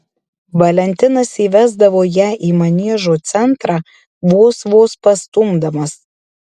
valentinas įvesdavo ją į maniežo centrą vos vos pastumdamas